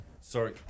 sorry